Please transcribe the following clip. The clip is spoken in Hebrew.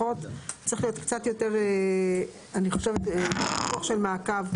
צריך להיות קצת יותר דיווח של מעקב,